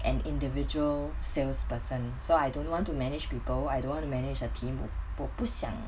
an individual salesperson so I don't want to manage people I don't want to manage a team 我不想